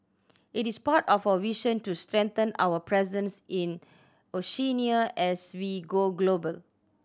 it is part of our vision to strengthen our presence in Oceania as we go global